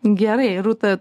gerai rūta